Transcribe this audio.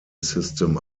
system